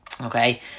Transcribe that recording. okay